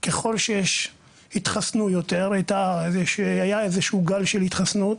ככל שיתחסנו יותר, היה איזשהו גם של התחסנות,